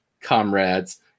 comrades